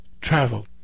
travel